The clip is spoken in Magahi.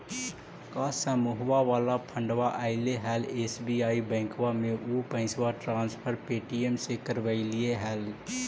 का समुहवा वाला फंडवा ऐले हल एस.बी.आई बैंकवा मे ऊ पैसवा ट्रांसफर पे.टी.एम से करवैलीऐ हल?